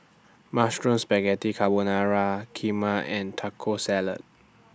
Mushroom Spaghetti Carbonara Kheema and Taco Salad